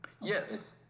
Yes